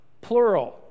plural